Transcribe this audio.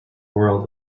world